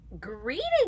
Greetings